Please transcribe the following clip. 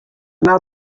إنها